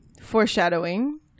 Foreshadowing